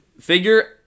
figure